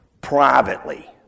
privately